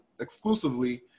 exclusively